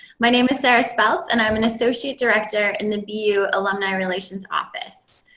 my name is sarah spouts, and i'm an associate director in the view alumni relations office.